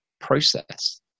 process